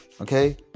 Okay